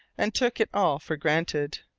and took it all for granted.